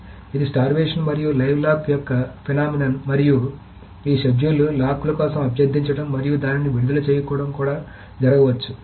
కాబట్టి ఇది స్టార్వేషన్ మరియు లైవ్ లాక్ యొక్క దృగ్విషయం మరియు ఈ షెడ్యూల్లు లాక్ ల కోసం అభ్యర్థించడం మరియు దానిని విడుదల చేయడం కూడా జరగవచ్చు